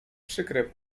przykre